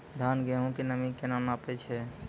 धान, गेहूँ के नमी केना नापै छै?